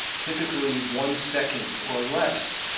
typically one second or less.